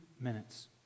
minutes